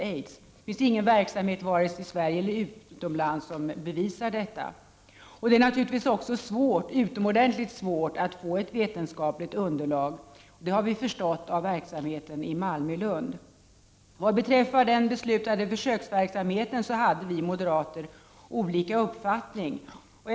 Det finns ingen verksamhet, i Sverige eller utomlands, som bevisar detta. Det är naturligtvis svårt att få ett vetenskapligt underlag. Det har vi förstått av verksamheten i Malmö och Lund. När det gäller den beslutade försöksverksamheten har vi moderater haft olika uppfattningar.